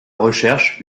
recherche